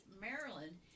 Maryland